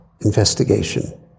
investigation